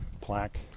plaque